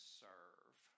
serve